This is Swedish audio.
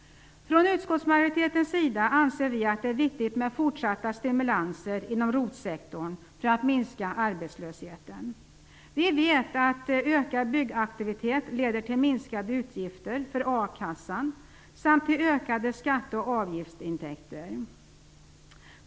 Från utskottsmajoritetens sida anser vi att det är viktigt med fortsatta stimulanser inom ROT-sektorn för att minska arbetslösheten. Vi vet att ökad byggaktivitet leder till minskade utgifter för a-kassan samt till ökade skatte och avgiftsintäkter.